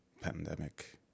pandemic